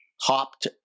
hopped